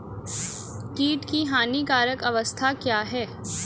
कीट की हानिकारक अवस्था क्या है?